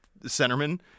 centerman